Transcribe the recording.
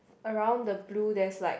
around the blue there's like